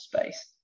space